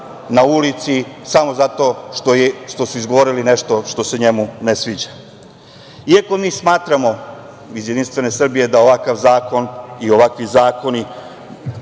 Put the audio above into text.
na ulici samo zato što su izgovorili nešto se njemu ne sviđa. Iako mi iz Jedinstvene Srbije smatramo da ovakav zakon i ovakvi zakoni